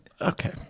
Okay